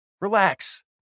Relax